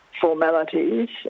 formalities